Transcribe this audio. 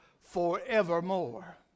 forevermore